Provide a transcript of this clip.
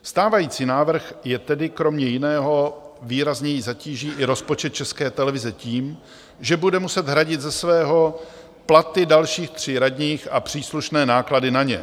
Stávající návrh tedy kromě jiného výrazněji zatíží i rozpočet České televize tím, že bude muset hradit ze svého platy dalších tří radních a příslušné náklady na ně.